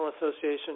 Association